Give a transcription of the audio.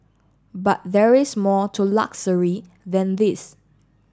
but there is more to luxury than these